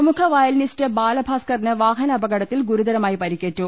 പ്രമുഖ വയലിനിസ്റ്റ് ബാലഭാസ്കറിന് വാഹനാപകടത്തിൽ ഗുരുതരമായി പരിക്കേറ്റു